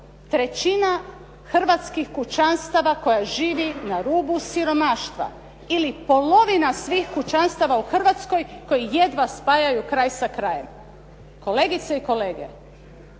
trećina hrvatskih kućanstava koja živi na rubu siromaštva ili polovina svih kućanstava u Hrvatskoj koji jedva spajaju kraj s krajem. Kolegice i kolege